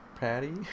Patty